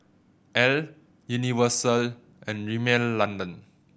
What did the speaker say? Elle Universal and Rimmel London